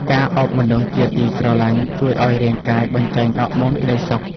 ការអោបមនុស្សជាទីស្រឡាញ់ ជួយឱ្យរាងកាយបញ្ចេញអរម៉ូនក្ដីសុខ។